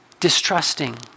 distrusting